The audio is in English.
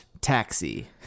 Taxi